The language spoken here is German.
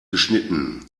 geschnitten